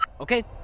Okay